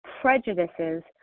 prejudices